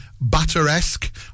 batter-esque